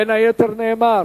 בין היתר נאמר